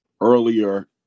earlier